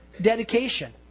dedication